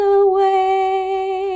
away